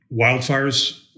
wildfires